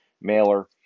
mailer